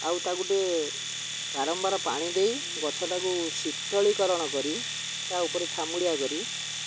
ଆଉ ତାକୁଟେ ବାରମ୍ବାର ପାଣି ଦେଇ ଗଛଟାକୁ ଶୀତଳୀକରଣ କରି ତା ଉପରେ ଛାମୁଡ଼ିଆ କରି